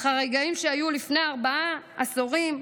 אך הרגעים שהיו לפני ארבעה עשורים,